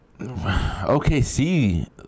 OKC